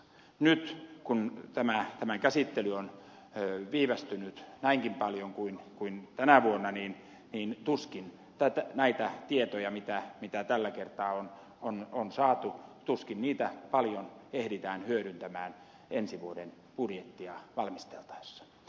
nyt kun tämä käsittely on viivästynyt näinkin paljon kuin tänä vuonna niin tuskin näitä tietoja mitä tällä kertaa on saatu paljon ehditään hyödyntää ensi vuoden budjettia valmisteltaessa